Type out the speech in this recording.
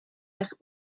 eich